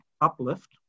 uplift